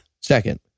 second